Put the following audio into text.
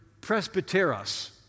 presbyteros